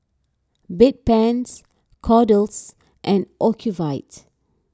Bedpans Kordel's and Ocuvite